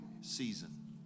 season